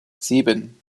sieben